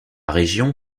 région